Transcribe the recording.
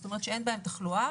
שאין בהן תחלואה,